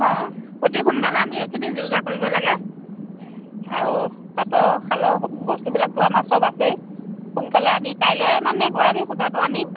অঁ অতি সোনকালে আমি এইখিনি যো জা কৰিব লাগে আৰু তাঁতৰ শালৰ বস্তুবিলাকতো আমাৰ চব আছেই সোনকালে আমি কাইলৈ মানে গৈ আমি সূতাটো আনিম